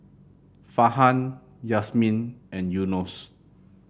Farhan Yasmin and Yunos